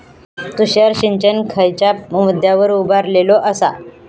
तुषार सिंचन खयच्या मुद्द्यांवर उभारलेलो आसा?